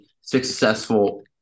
successful